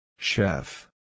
Chef